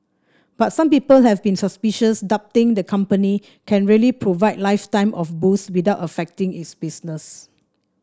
but some people have been suspicious doubting the company can really provide lifetime of booze without affecting its business